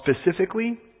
specifically